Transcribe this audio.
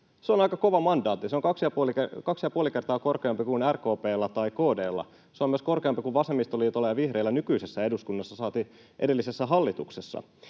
Se on aika kova mandaatti, se on kaksi ja puoli kertaa korkeampi kuin RKP:llä tai KD:llä. Se on myös korkeampi kuin vasemmistoliitolla ja vihreillä nykyisessä eduskunnassa, saati edellisessä hallituksessa.